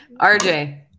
RJ